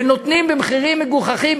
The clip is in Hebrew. ונותנים במחירים מגוחכים,